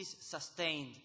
sustained